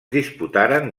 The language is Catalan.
disputaren